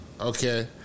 Okay